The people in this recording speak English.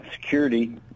security